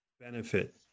benefit